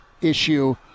issue